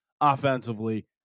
offensively